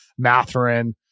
Matherin